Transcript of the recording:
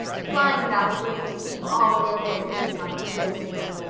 flying about the room to heap all available cushions on the window seat,